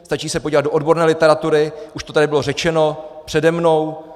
Stačí se podívat do odborné literatury, už to tady bylo řečeno přede mnou.